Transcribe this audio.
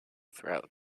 throughout